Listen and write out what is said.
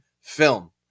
film